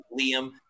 Liam